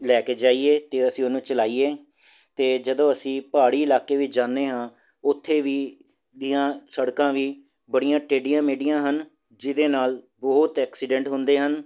ਲੈ ਕੇ ਜਾਈਏ ਤਾਂ ਅਸੀਂ ਉਹਨੂੰ ਚਲਾਈਏ ਅਤੇ ਜਦੋਂ ਅਸੀਂ ਪਹਾੜੀ ਇਲਾਕੇ ਵਿੱਚ ਜਾਂਦੇ ਹਾਂ ਉੱਥੇ ਵੀ ਦੀਆਂ ਸੜਕਾਂ ਵੀ ਬੜੀਆਂ ਟੇਡੀਆਂ ਮੇਡੀਆਂ ਹਨ ਜਿਹਦੇ ਨਾਲ ਬਹੁਤ ਐਕਸੀਡੈਂਟ ਹੁੰਦੇ ਹਨ